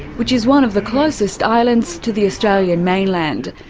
which is one of the closest islands to the australian mainland.